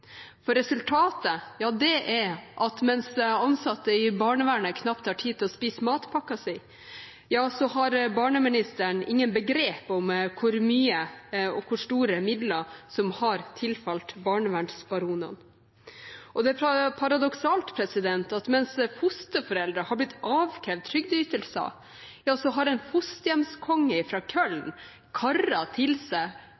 Resultatet er at mens ansatte i barnevernet knapt har tid til å spise matpakken sin, har barneministeren ingen begrep om hvor mye og hvor store midler som har tilfalt barnevernsbaronene. Det er paradoksalt at mens fosterforeldre er blitt avkrevd trygdeytelser, har en fosterhjemskonge fra Köln karet til seg